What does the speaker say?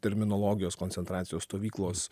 terminologijos koncentracijos stovyklos